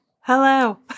Hello